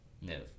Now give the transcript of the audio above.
no